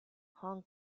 hong